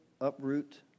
uproot